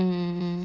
mm